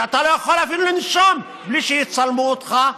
שבו אתה לא יכול אפילו לנשום בלי שיצלמו אותך,